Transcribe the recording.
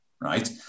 right